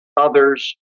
others